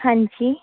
ਹਾਂਜੀ